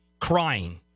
crying